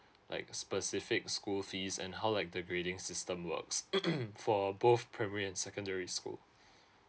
like specific school fees and how like the grading system works for both primary and secondary school